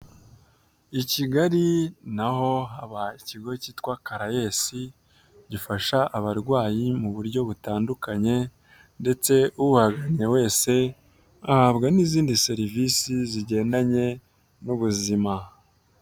I Kigali naho haba ikigo cyitwa karayesi gifasha abarwayi mu buryo butandukanye ndetse uhagannye wese ahabwa n'izindi serivisi zigendanye n'ubuzima.